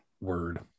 Word